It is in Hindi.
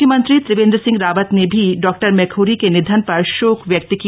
मुख्यमंत्री त्रिवेंद्र सिंह रावत ने भी उनके निधन पर शोक व्यक्त किया